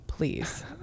Please